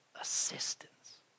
Assistance